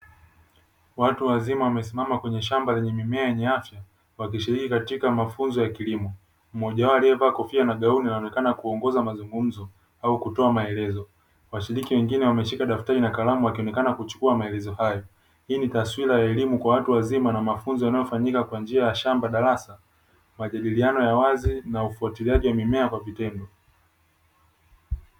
Watu wazima wamesimama kwenye shamba lenye mimea yenye afya wakishiriki katika mafunzo ya kilimo. Mmoja wao aliyevaa kofia na gauni anaonekana kuongoza mazungumzo au kutoa maelezo. Washiriki wengine wameshika daftari na kalamu wakionekana kuchukua maelezo hayo. Hii ni taswira ya elimu kwa watu wazima na mafunzo yanayofanyika kwa njia ya shamba-darasa, majadiliano ya wazi na ufuatiliaji wa mimea kwa vitendo.